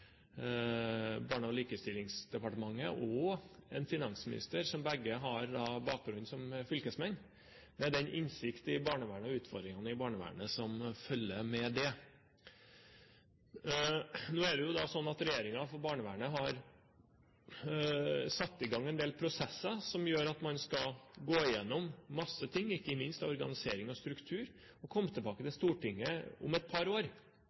Barne- og likestillingsdepartementet, og en finansminister som begge har bakgrunn som fylkesmenn, med den innsikt i barnevernet og de utfordringene i barnevernet som følger med det. Nå er det slik at regjeringen når det gjelder barnevernet, har satt i gang en del prosesser som gjør at man skal gå igjennom mange ting, ikke minst organisering og struktur, og komme tilbake til Stortinget om et par år.